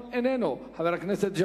חבר הכנסת חיים אורון,